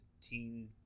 teen